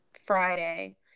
Friday